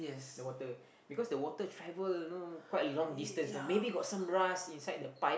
the water because the water travel know quite long distance know maybe got some rust inside the pipe